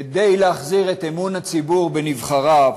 כדי להחזיר את אמון הציבור בנבחריו,